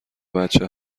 بچه